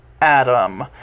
Adam